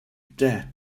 dare